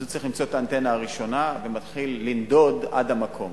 אז הוא צריך למצוא את האנטנה הראשונה ומתחיל לנדוד עד המקום.